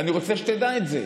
אני רוצה שתדע את זה.